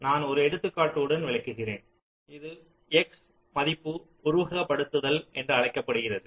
நான் ஒரு எடுத்துக்காட்டுடன் விளக்குகிறேன் இது X மதிப்பு உருவகப்படுத்துதல் என்று அழைக்கப்படுகிறது